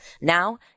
Now